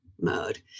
mode